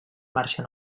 marxa